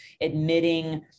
admitting